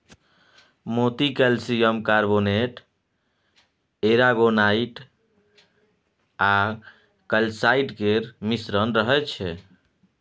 मोती calcium carbonate, aragonite आ calcite केर मिश्रण रहय छै